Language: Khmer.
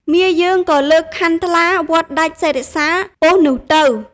មាយើងក៏លើកខាន់ថ្លាវាត់ដាច់សិរសាពស់នោះទៅ។